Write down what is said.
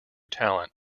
talent